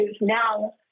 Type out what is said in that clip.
now